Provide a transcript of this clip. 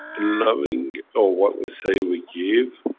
loving or, what we say, we give,